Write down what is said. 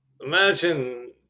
imagine